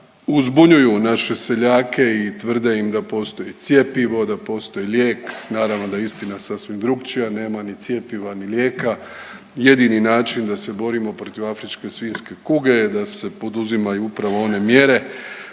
uzbunjuju naše seljake i tvrde im da postoji cjepivo, da postoji lijek, naravno da je istina sasvim drukčija. Nema ni cjepiva, ni lijeka, jedini način da se borimo protiv afričke svinjske kuge je da se poduzimaju upravo one mjere